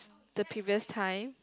the previous time